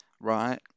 right